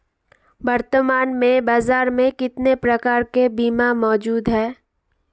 वर्तमान में बाज़ार में कितने प्रकार के बीमा मौजूद हैं?